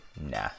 Nah